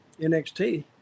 NXT